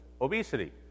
obesity